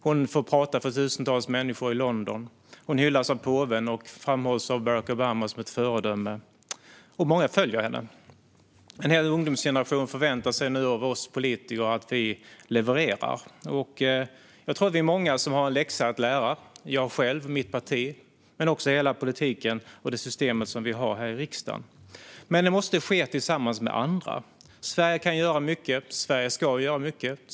Hon får prata för tusentals människor i London. Hon hyllas av påven och framhålls av Barack Obama som ett föredöme. Många följer henne. En hel ungdomsgeneration förväntar sig nu av oss politiker att vi levererar. Jag tror att vi är många som har en läxa att lära: jag själv och mitt parti, men också hela politiken och det system som vi har här i riksdagen. Men det måste ske tillsammans med andra. Sverige kan göra mycket och ska göra mycket.